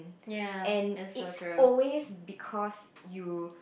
and it always because you